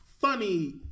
funny